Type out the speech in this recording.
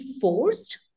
forced